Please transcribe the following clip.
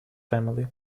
family